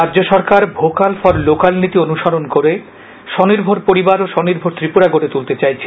রাজ্য সরকার vocal for local নীতি অনুসরণ করে স্বনির্ভর পরিবার ও স্বনির্ভর ত্রিপুরা গড়ে তুলতে চাইছে